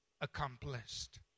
accomplished